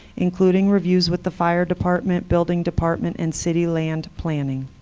including reviews with the fire department, building department, and city land planning.